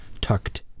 tucked